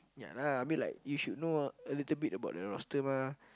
ya lah I mean like you should know a little bit about the roster mah